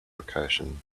recursion